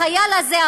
החייל הזה,